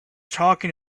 talking